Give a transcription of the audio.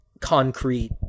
concrete